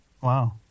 Wow